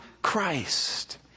Christ